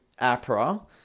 APRA